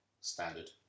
standard